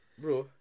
bro